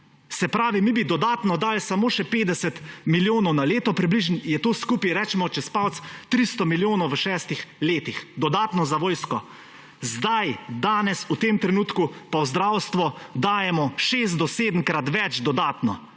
Se pravi, mi bi dodatno dali samo še 50 milijonov na leto, približno je to skupaj, recimo čez palec, 300 milijonov v šestih letih dodatno za vojsko. Sedaj, danes, v tem trenutku pa v zdravstvo dajemo šest- do sedemkrat več dodatno.